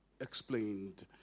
explained